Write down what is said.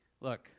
look